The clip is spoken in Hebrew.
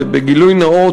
ובגילוי נאות,